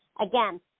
again